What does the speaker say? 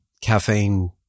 caffeine